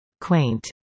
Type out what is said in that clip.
Quaint